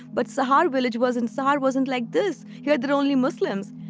but sahar village was inside, wasn't like this. he said that only muslims.